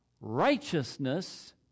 righteousness